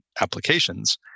applications